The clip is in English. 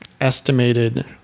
estimated